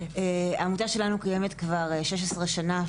העמותה שלנו קיימת כבר 16 שנים,